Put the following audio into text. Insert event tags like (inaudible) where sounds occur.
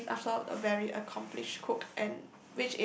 (breath) he's also a very accomplished cook and